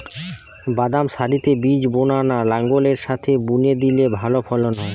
বাদাম সারিতে বীজ বোনা না লাঙ্গলের সাথে বুনে দিলে ভালো ফলন হয়?